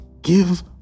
Give